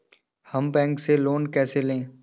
हम बैंक से लोन कैसे लें?